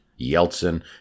Yeltsin